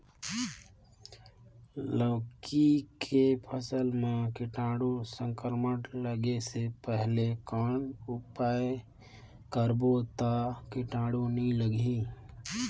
लौकी के फसल मां कीटाणु संक्रमण लगे से पहले कौन उपाय करबो ता कीटाणु नी लगही?